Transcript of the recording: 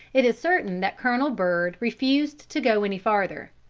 it is certain that colonel byrd refused to go any farther.